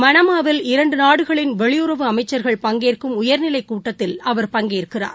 மனமாவில் இரண்டு நாடுகளின் வெளியுறவு அமைச்சர்கள் பங்கேற்கும் உயர்நிலை கூட்டத்தில் அவர் பங்கேற்கிறார்